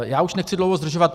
Já už nechci dlouho zdržovat.